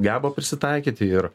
geba prisitaikyti ir